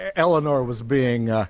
elinor was being